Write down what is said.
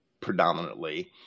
predominantly